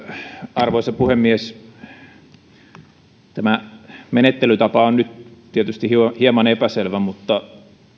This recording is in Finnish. arvoisa puhemies tämä menettelytapa on nyt tietysti hieman epäselvä mutta